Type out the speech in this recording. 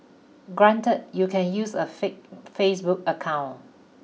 granted you can use a fake Facebook account